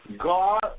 God